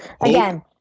Again